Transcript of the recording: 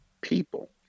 people